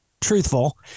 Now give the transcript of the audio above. truthful